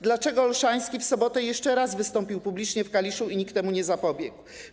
Dlaczego Olszański w sobotę jeszcze raz wystąpił publicznie w Kaliszu i nikt temu nie zapobiegł?